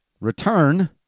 return